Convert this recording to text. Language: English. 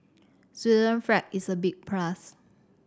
flag is a big plus